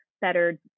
better